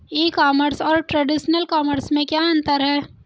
ई commerce और traditional commerce में क्या अंतर है?